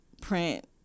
print